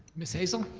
ms. hazel?